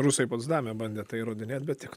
rusai potsdame bandė tai įrodinėt bet tiek to